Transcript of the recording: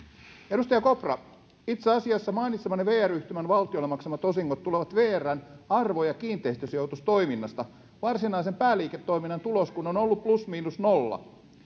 edustaja kopra itse asiassa mainitsemanne vr yhtymän valtiolle maksamat osingot tulevat vrn arvopaperi ja kiinteistösijoitustoiminnasta varsinaisen pääliiketoiminnan tulos kun on ollut plus miinus nolla